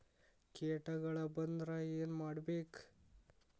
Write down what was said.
ಕೇಟಗಳ ಬಂದ್ರ ಏನ್ ಮಾಡ್ಬೇಕ್?